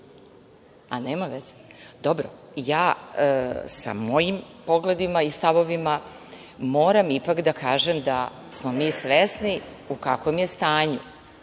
A, nema veze. Dobro, ali ja sa mojim pogledima i stavovima moram ipak da kažem da smo mi svesni u kakvom je stanju